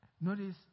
Notice